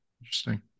Interesting